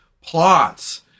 plots